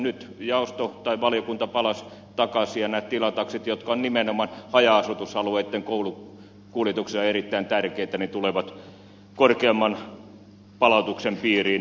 nyt valiokunta palasi takaisin ja nämä tilataksit jotka ovat nimenomaan haja asustusalueitten koulukuljetuksessa erittäin tärkeitä tulevat korkeamman palautuksen piiriin